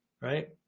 Right